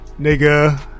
nigga